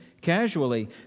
casually